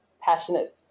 passionate